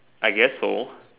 I guess so